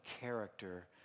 character